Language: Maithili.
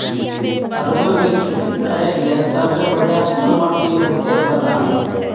परवल के खेती करेक लैल सबसे बढ़िया कोन माटी होते बताबू?